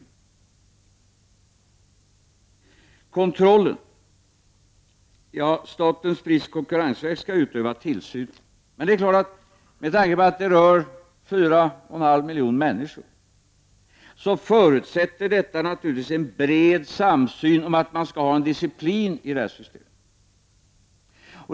Så till frågan om kontrollen. Statens prisoch konkurrensverk skall utöva tillsynen. Med tanke på att det rör 4,5 miljoner människor, är det klart att detta förutsätter en bred samsyn om att det skall vara disciplin i systemet.